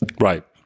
Right